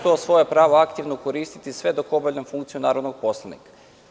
To svoje pravo ću aktivno koristiti sve dok obavljam funkciju narodnog poslanika.